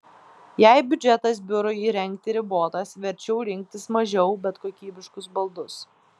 jei biudžetas biurui įrengti ribotas verčiau rinktis mažiau bet kokybiškus baldus